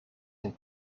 een